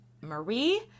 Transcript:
Marie